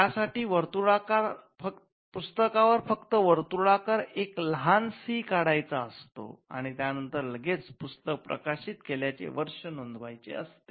त्या साठी पुस्तकावर फक्त वर्तुळात एक लहान सी काढायचा असतो आणि त्या नंतर लगेच पुस्तक प्रकाशित केल्याचे वर्ष नोंदवायचे असते